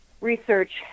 research